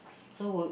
so would